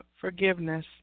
forgiveness